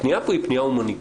הפנייה פה היא פנייה הומניטרית.